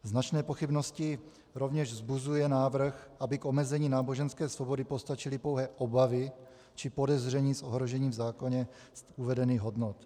Značné pochybnosti rovněž vzbuzuje návrh, aby k omezení náboženské svobody postačily pouhé obavy či podezření z ohrožení v zákoně uvedených hodnot.